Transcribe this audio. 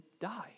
die